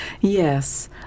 Yes